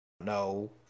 No